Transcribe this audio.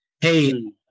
hey